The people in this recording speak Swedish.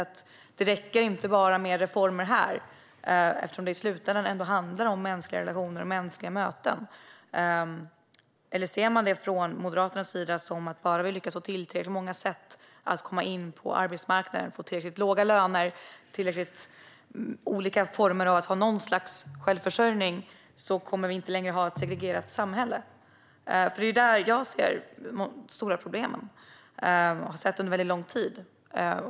Det räcker inte bara med reformer här eftersom det i slutändan ändå handlar om mänskliga relationer och mänskliga möten. Eller ser man det från Moderaternas sida som att vi inte längre kommer att ha ett segregerat samhälle bara vi lyckas få tillräckligt många sätt att komma in på arbetsmarknaden, tillräckligt låga löner och tillräckligt många olika former av något slags självförsörjning? Det är nämligen där jag ser de stora problemen, och dem har jag sett under lång tid.